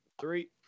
three